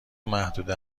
محدوده